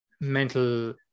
mental